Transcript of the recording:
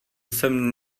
jsem